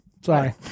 Sorry